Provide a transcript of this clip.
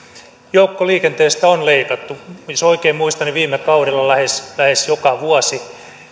joukkoliikenteestä on leikattu jos oikein muistan niin viime kaudella lähes joka vuosi